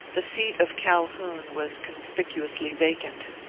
the seat of calhoun was conspicuously vacant.